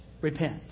repent